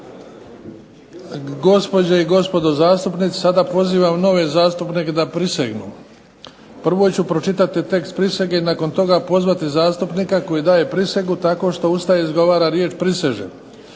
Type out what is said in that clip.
Gospođe i gospodo zastupnici sada pozivam nove zastupnike da prisegnu. Prvo ću pročitati tekst prisege i nakon toga pozvati zastupnika koji daje prisegu tako što ustaje i izgovara riječ i prisežem.